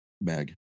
bag